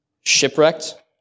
shipwrecked